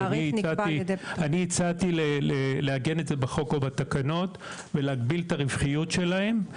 אני הצעתי לעגן את זה בחוק ובתקנות; להגביל את הרווחיות שלהן,